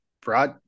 brought